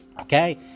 Okay